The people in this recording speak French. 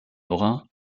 lorrain